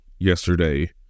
yesterday